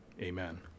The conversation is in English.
amen